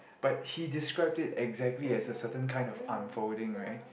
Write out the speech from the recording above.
but he described it exactly as a certain kind of unfolding right